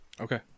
Okay